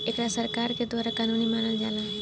एकरा के सरकार के द्वारा कानूनी मानल जाला